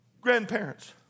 grandparents